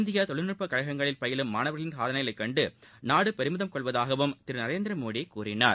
இந்தியதொழில்நுட்பக் கழகங்களில் பயிலும் மாணவர்களின் சாதனைகளைக் கண்டுநாடுபெருமிதம் கொள்வதாகவும் திருநரேந்திரமோடிகூறினார்